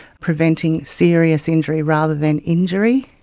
preventing serious injury rather than injury.